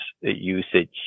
usage